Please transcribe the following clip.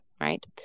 right